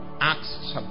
Acts